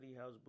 House